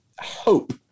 hope